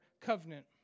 covenant